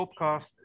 podcast